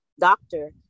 doctor